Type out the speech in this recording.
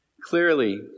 Clearly